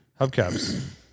Hubcaps